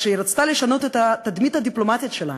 כשהיא רצתה לשנות את התדמית הדיפלומטית שלה